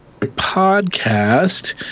podcast